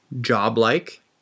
job-like